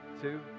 two